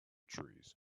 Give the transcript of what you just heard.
trees